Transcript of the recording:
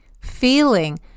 feeling